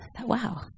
wow